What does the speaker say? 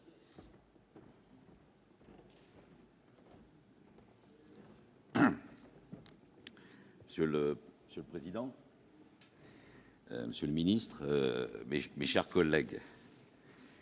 Monsieur le président, Monsieur le Ministre, mes chers collègues.